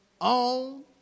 own